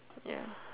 ya